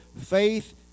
faith